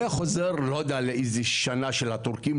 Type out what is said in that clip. זה חוזר לאיזושהי שנה של הטורקים,